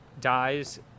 dies